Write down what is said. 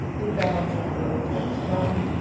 inbound from earth toward the sun,